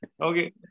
Okay